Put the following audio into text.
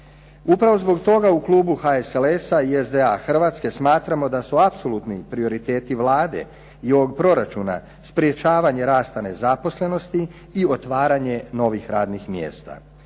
Upravo zbog toga u klubu HSLS-a i SDA Hrvatske smatramo da su apsolutni prioriteti Vlade i ovog proračuna sprječavanje rasta nezaposlenosti i otvaranje novih radnih mjesta.